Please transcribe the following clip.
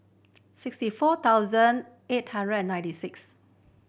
sixty four thousand eight hundred and ninety six